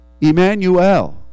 Emmanuel